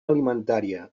alimentària